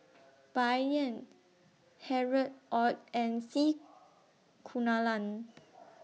Bai Yan Harry ORD and C Kunalan